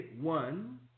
one